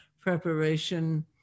preparation